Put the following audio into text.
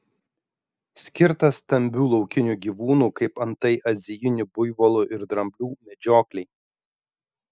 skirtas stambių laukinių gyvūnų kaip antai azijinių buivolų ir dramblių medžioklei